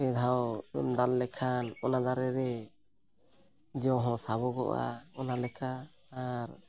ᱯᱮ ᱫᱷᱟᱣ ᱮᱢ ᱫᱟᱞ ᱞᱮᱠᱷᱟᱱ ᱚᱱᱟ ᱫᱟᱨᱮ ᱨᱮ ᱡᱚ ᱦᱚᱸ ᱥᱟᱵᱚᱜᱚᱜᱼᱟ ᱚᱱᱟ ᱞᱮᱠᱟ ᱟᱨ